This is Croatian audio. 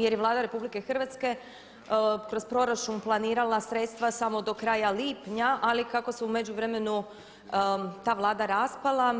Jer je i Vlada kroz proračuna planirala sredstva samo do kraja lipnja ali kako se u međuvremenu ta Vlada raspala,